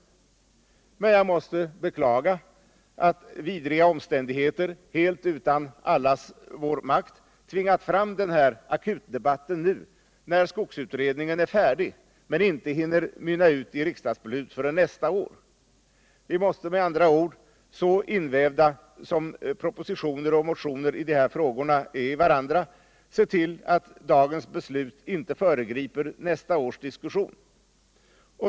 Jag måste beklaga att vidriga omständigheter helt utanför allas vår makt tvingat fram den här akuta debatten nu när skogsutredningen är färdig men inte hinner mynna ut i riksdagsbeslut förrän nästa år. Vi måste med andra ord, så invävda som propositioner och motioner i de här frågorna är i varandra, se till att dagens beslut inte föregriper nästa års diskussion.